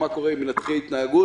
מה קורה עם מנתחי התנהגות?